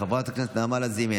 חברת הכנסת נעמה לזימי,